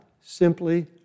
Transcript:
simply